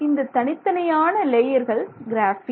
இந்த தனித்தனியான லேயர்கள் கிராஃபீன்